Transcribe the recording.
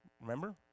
Remember